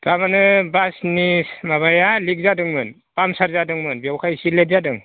थारमाने बासनि माबाया लिक जादोंमोन पाम्पसार जादोंमोन बेवहाय एसे लेट जादों